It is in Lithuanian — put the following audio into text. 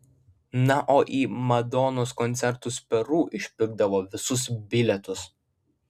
na o į madonos koncertus peru išpirkdavo visus bilietus